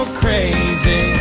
crazy